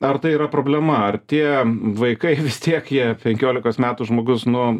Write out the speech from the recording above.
ar tai yra problema ar tie vaikai vis tiek jie penkiolikos metų žmogus nu